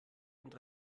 und